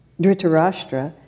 Dhritarashtra